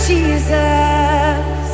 Jesus